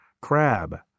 Crab